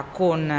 con